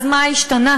אז מה השתנה?